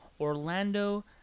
Orlando